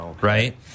right